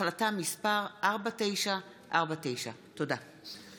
החלטה מס' 4949. תודה.